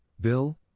Bill